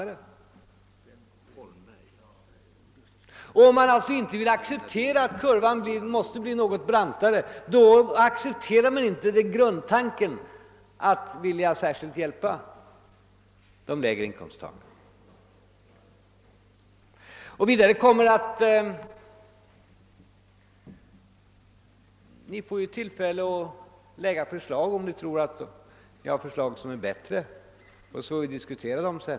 Och om man inte vill acceptera att kurvan blir något brantare, så accepterar man inte grundtanken att hjälpa särskilt de lägre inkomsttagarna. Om oppositionen tror sig om att kunna prestera ett bättre förslag, får ni tillfälle att lägga fram det så får vi diskutera det förslaget.